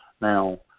now